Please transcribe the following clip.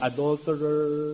Adulterer